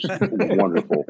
wonderful